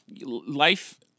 life